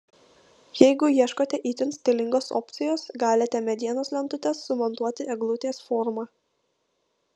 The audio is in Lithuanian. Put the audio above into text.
jeigu ieškote itin stilingos opcijos galite medienos lentutes sumontuoti eglutės forma